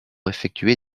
effectuer